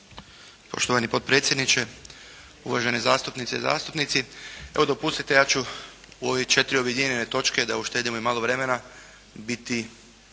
Poštovanje potpredsjedniče, uvaženi zastupnice i zastupnici. Evo, dopustite ja ću u ove četiri objedinjene točke, da uštedimo i malo vremena biti